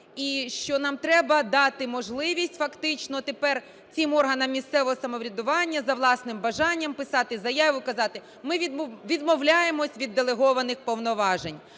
і що нам треба дати можливість фактично тепер цим органам місцевого самоврядування за власним бажанням писати заяву і казати6 ми відмовляємось від делегованих повноважень.